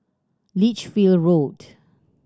Lichfield Road